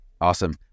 Awesome